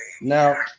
now